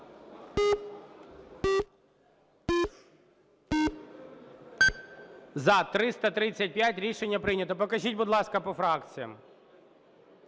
За-335 Рішення прийнято. Покажіть, будь ласка, по фракціях.